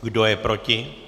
Kdo je proti?